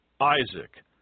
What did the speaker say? Isaac